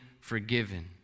forgiven